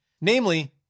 namely